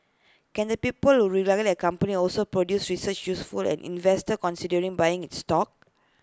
can the people who regulate A company also produce research useful an investor considering buying its stock